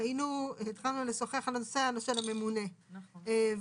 התחלנו לשוחח על הנושא של הממונה ואמרנו